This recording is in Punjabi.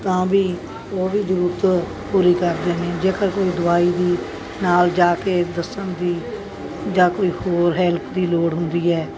ਤਾਂ ਵੀ ਉਹ ਵੀ ਜ਼ਰੂਰਤ ਪੂਰੀ ਕਰਦੇ ਨੇ ਜੇਕਰ ਕੋਈ ਦਵਾਈ ਦੀ ਨਾਲ ਜਾ ਕੇ ਦੱਸਣ ਦੀ ਜਾਂ ਕੋਈ ਹੋਰ ਹੈਲਪ ਦੀ ਲੋੜ ਹੁੰਦੀ ਹੈ